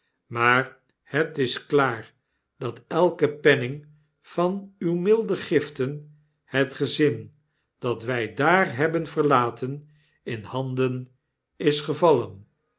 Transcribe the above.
maar het is klaar dat elke penning van uwe milde giften het gezin dat wij daar hebben verlaten in handen is gevallen